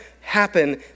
happen